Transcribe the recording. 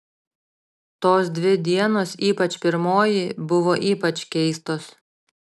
tos dvi dienos ypač pirmoji buvo ypač keistos